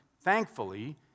thankfully